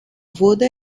wurde